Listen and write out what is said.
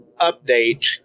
update